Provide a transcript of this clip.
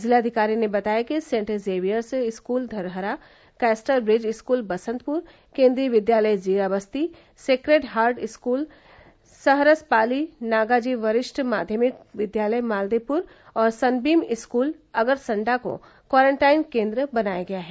जिलाधिकारी ने बताया कि saint Xavier's school Dharhara Castor bridge school Basantpur Kendriya Vidyalaya Jirabasti sacred heart school Saharaspali Naga ji वरिष्ठ माध्यमिक विद्यालय माल्देपुर और सनबीम स्कूल अगरसण्डा को क्वारंटाइन केंद्र बनाया गया है